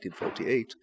1948